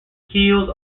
keels